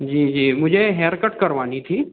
जी जी मुझे haircut करवानी थी